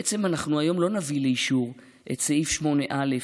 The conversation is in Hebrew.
בעצם אנחנו היום לא נביא לאישור את סעיף 8א(א),